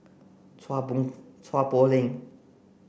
Chua Chua Poh Leng